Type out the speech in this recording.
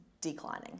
declining